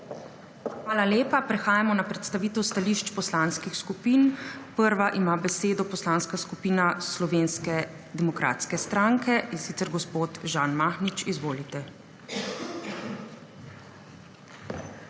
Hvala lepa. Prehajamo na predstavitev stališč poslanskih skupin. Prva ima besedo Poslanska skupina Slovenske demokratske stranke, in sicer gospod Žan Mahnič. Izvolite.